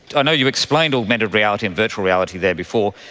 i know you explained augmented reality and virtual reality there before,